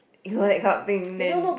you know that kind of thing then